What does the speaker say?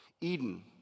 Eden